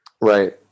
Right